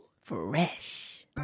fresh